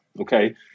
okay